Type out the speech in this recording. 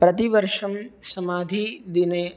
प्रतिवर्षं समाधि दिने